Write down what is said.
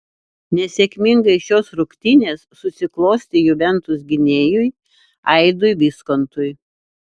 nesėkmingai šios rungtynės susiklostė juventus gynėjui aidui viskontui